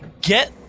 Get